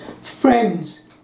Friends